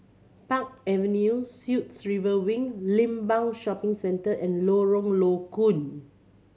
Park Avenue Suites River Wing Limbang Shopping Centre and Lorong Low Koon